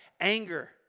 anger